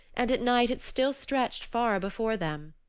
and at night it still stretched far before them.